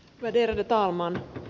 värderade talman